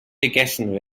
gegessen